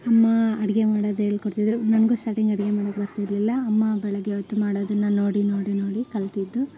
ಅಮ್ಮಾ ಅಡುಗೆ ಮಾಡೋದು ಹೇಳ್ಕೊಡ್ತಿದ್ರು ನನಗೂ ಸ್ಟಾಟಿಂಗ್ ಅಡುಗೆ ಮಾಡೋಕ್ ಬರ್ತಿರಲಿಲ್ಲ ಅಮ್ಮ ಬೆಳಗ್ಗೆ ಹೊತ್ತು ಮಾಡೋದನ್ನು ನೋಡಿ ನೋಡಿ ನೋಡಿ ಕಲಿತಿದ್ದು